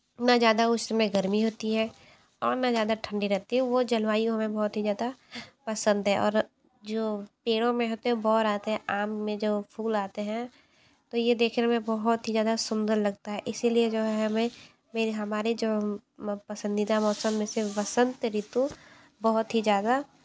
ना ज़्यादा उस समय गर्मी होती है और ना ज़्यादा ठंडी रहती है वो जलवायु हमें बहुत ही ज़्यादा पसंद है और जो पेड़ों में होते हैं बोर आते है आम में जो फूल आते हैं तो ये देखने में बहुत ही ज़्यादा सुंदर लगता है इसलिए जो है हमें मेरे हमारे जो पसंदीदा मौसम में से वसंत ऋतु बहुत ही ज़्यादा